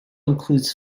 includes